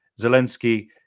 Zelensky